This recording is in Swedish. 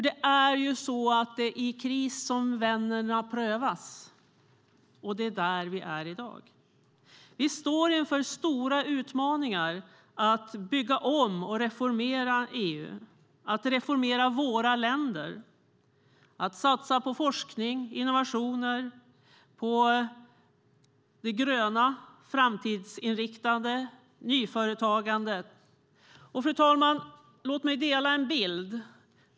Det är i kris som vännerna prövas, och det är där vi är i dag. Vi står inför stora utmaningar - att bygga om och reformera EU, att reformera våra länder och att satsa på forskning, innovationer och på det gröna, framtidsinriktade nyföretagandet. Fru talman! Låt mig dela en bild.